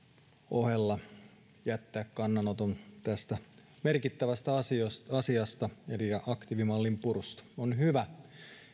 ohella jättää kannanoton tästä merkittävästä asiasta asiasta eli aktiivimallin purusta on hyvä